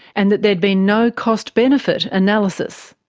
and that there had been no cost benefit analysis.